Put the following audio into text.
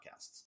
podcasts